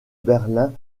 berlin